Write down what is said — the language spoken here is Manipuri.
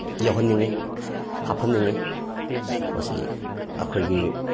ꯌꯥꯎꯍꯟꯅꯤꯡꯉꯤ ꯍꯥꯞꯐꯟꯅꯤꯡꯏ ꯃꯁꯤ ꯑꯩꯈꯣꯏꯒꯤ